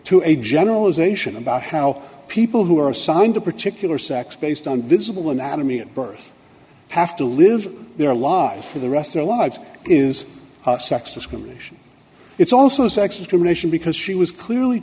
to a generalization about how people who are assigned a particular sex based on visible anatomy at birth have to live their lives for the rest their lives is sex discrimination it's also sex discrimination because she was clearly